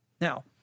Now